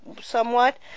somewhat